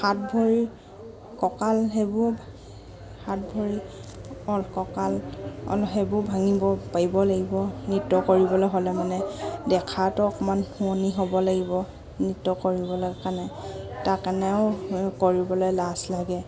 হাত ভৰি কঁকাল সেইবোৰ হাত ভৰি কঁকাল অলপ সেইবোৰ ভাঙিব পাৰিব লাগিব নৃত্য কৰিবলৈ হ'লে মানে দেখাটো অকণমান শুৱনি হ'ব লাগিব নৃত্য কৰিবলৈ কাৰণে তাৰ কাৰণেও কৰিবলৈ লাজ লাগে